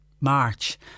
March